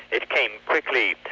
it came quickly.